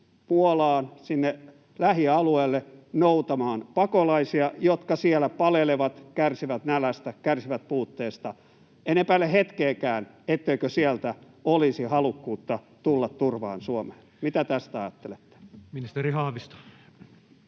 Puolaan, sinne lähialueelle noutamaan pakolaisia, jotka siellä palelevat, kärsivät nälästä, kärsivät puutteesta? En epäile hetkeäkään, etteikö sieltä olisi halukkuutta tulla turvaan Suomeen. Mitä tästä ajattelette? [Speech 87]